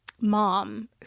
mom